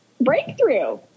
breakthrough